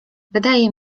wydaje